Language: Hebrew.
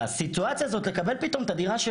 שהסיטואציה הזאת לקבל פתאום את הדירה של